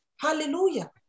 Hallelujah